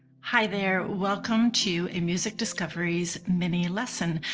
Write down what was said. hi there! welcome to a music discoveries mini lesson.